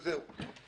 וזהו.